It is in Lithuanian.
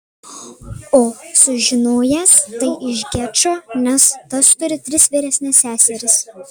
o sužinojęs tai iš gečo nes tas turi tris vyresnes seseris